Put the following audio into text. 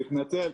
מתנצל,